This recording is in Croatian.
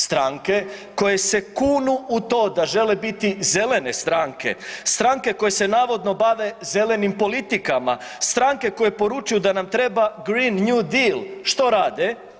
Stranke koje se kunu u to da žele biti zelene stranke, stranke koje se navodno bave zelenim politikama, stranke koje poručuju da nam treba Green New Deal što rade?